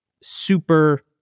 super